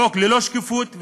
חוק ללא שקיפות,